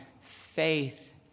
faith